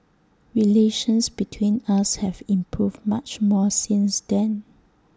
relations between us have improved much more since then